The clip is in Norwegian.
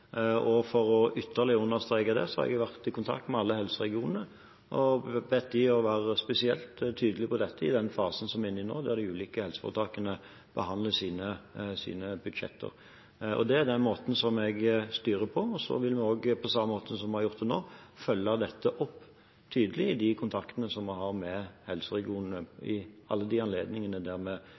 opp. For ytterligere å understreke det har jeg vært i kontakt med alle helseregionene og bedt dem være spesielt tydelige på dette i fasen vi er inne i nå, der de ulike helseforetakene behandler sine budsjetter. Det er den måten jeg styrer på. Vi vil også, på samme måten som vi har gjort til nå, følge dette tydelig opp i de kontaktene vi har med helseregionene i alle anledningene